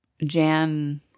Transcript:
Jan